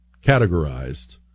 categorized